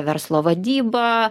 verslo vadyba